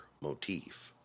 motif